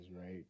right